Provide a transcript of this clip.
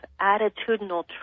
attitudinal